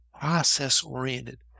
process-oriented